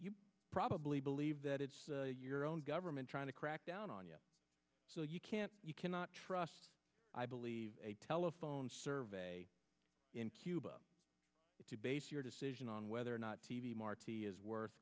you probably believe that it's your own government trying to crack down on you so you can't you cannot trust i believe a telephone survey in cuba to base your decision on whether or not t v marti is worth